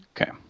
Okay